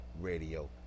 radio